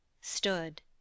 stood